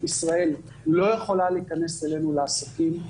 ישראל לא יכולה להיכנס אלינו לעסקים,